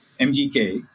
MGK